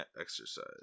exercise